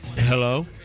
Hello